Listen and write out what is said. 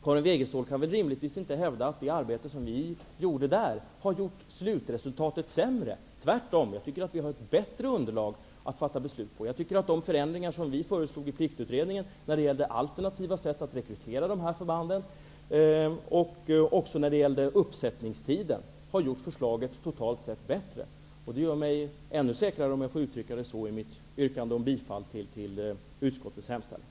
Karin Wegestål kan rimligtvis inte hävda att det arbete som vi gjorde där har gjort slutresultatet sämre. Tvärtom -- jag tycker att vi nu har ett bättre underlag att fatta beslut på. De förändringar som vi i Pliktutredningen föreslog när det gäller alternativa sätt att rekrytera dessa förband och när det gäller uppsättningstiden har gjort förslaget totalt sett bättre. Det gör mig ännu säkrare, om jag får uttrycka det så, i mitt yrkande om bifall till utskottets hemställan.